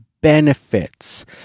benefits